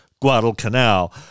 Guadalcanal